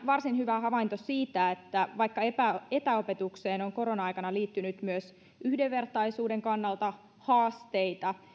varsin hyvä havainto siitä että vaikka etäopetukseen on korona aikana liittynyt myös yhdenvertaisuuden kannalta haasteita